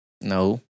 No